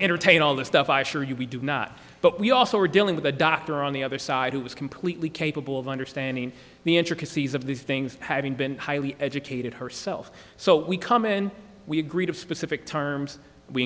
entertain all this stuff i assure you we do not but we also are dealing with a doctor on the other side who is completely capable of understanding the intricacies of these things having been highly educated herself so we come in we agree to specific terms we